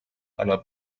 alla